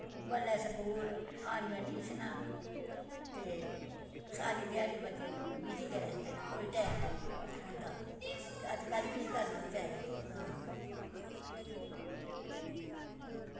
बडलै स्कूल आह्नियें ट्यूशनां ते सारी ध्याड़ी बच्चे बिज़ी गै रौह्ंदे न कोई टैम निं होंदा ते अजकल्ल केह् करना बेचारें आं